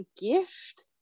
gift